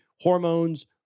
hormones